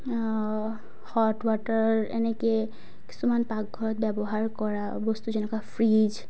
hot water এনেকৈ কিছুমান পাকঘৰত ব্যৱহাৰ কৰা বস্তু যেনেকুৱা ফ্ৰীজ